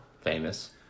Famous